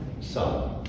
Son